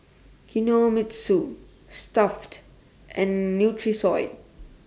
Kinohimitsu Stuff'd and Nutrisoy